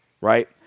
Right